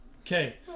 Okay